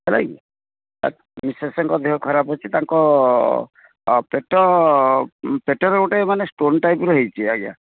ହେଲାକି ମିସେସଙ୍କ ଦେହ ଖରାପ ଅଛି ତାଙ୍କ ପେଟ ପେଟରେ ଗୋଟେ ମାନେ ଷ୍ଟୋନ୍ ଟାଇପ୍ର ହୋଇଛି ଆଜ୍ଞା